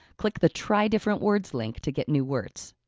click the try different words link to get new words.